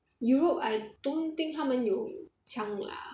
europe I don't think 他们有抢 lah